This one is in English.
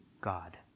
God